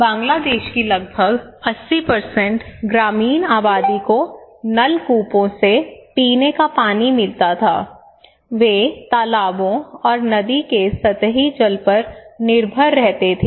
बांग्लादेश की लगभग 80 ग्रामीण आबादी को नलकूपों से पीने का पानी मिलता था वे तालाबों और नदी के सतही जल पर निर्भर रहते थे